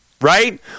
right